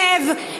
שב,